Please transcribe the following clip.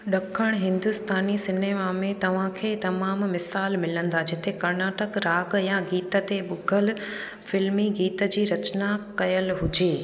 ॾखणु हिंदुस्तानी सिनेमा में तव्हांखे तमामु मिसाल मिलंदा जिते कर्नाटक राग या गीत ते बुघल फ़िल्मी गीत जी रचना कयल हुजे